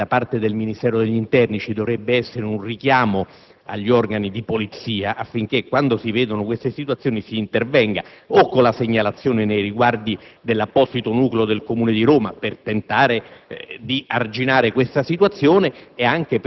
da parte del Ministero dell'interno dovrebbe esserci un richiamo agli organi di polizia affinché, quando si riscontrano queste situazioni, si intervenga o direttamente o con la segnalazione nei riguardi dell'apposito nucleo del Comune di Roma, per tentare di arginarle ed evitare situazioni